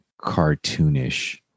cartoonish